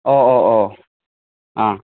ഓ ഓ ഓ ആ